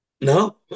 No